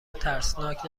ترسناک